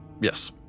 Yes